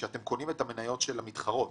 - אתם קונים את המניות של מגדל,